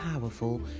powerful